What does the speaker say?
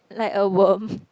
like a worm